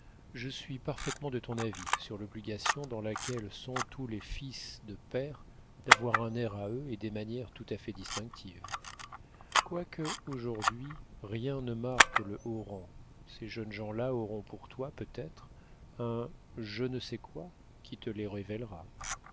je suis parfaitement de ton avis sur l'obligation dans laquelle sont tous les fils de pair d'avoir un air à eux et des manières tout à fait distinctives quoique aujourd'hui rien ne marque le haut rang ces jeunes gens-là auront pour toi peut-être un je ne sais quoi qui te les révélera